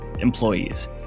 employees